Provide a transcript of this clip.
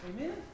Amen